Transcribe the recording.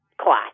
class